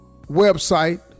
website